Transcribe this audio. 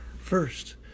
First